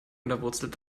unterwurzelt